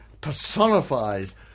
personifies